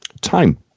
time